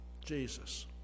Jesus